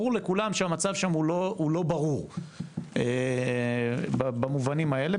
ברור לכולם שהמצב שם הוא לא ברור במובנים האלו,